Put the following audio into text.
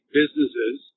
businesses